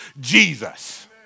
Jesus